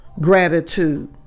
gratitude